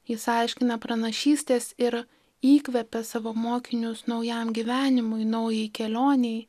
jis aiškina pranašystes ir įkvepia savo mokinius naujam gyvenimui naujai kelionei